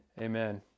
Amen